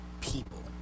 people